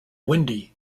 windy